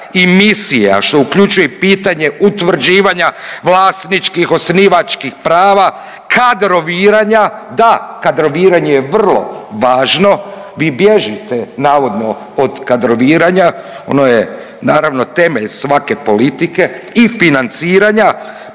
i misije, a što uključuje i pitanje utvrđivanja vlasničkih, osnivačkih prava, kadroviranja, da, kadroviranje je vrlo važno, vi bježite navodno od kadroviranja. Ono je naravno, temelj svake politike i financiranja